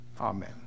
Amen